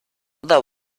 that